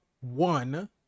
one